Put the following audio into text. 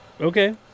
Okay